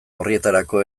orrietarako